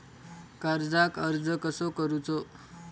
कर्जाक अर्ज कसो करूचो?